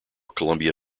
columbia